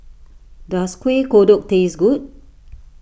does Kueh Kodok taste good